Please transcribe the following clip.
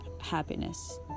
happiness